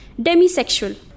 Demisexual